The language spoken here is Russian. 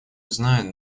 знает